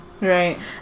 Right